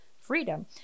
freedom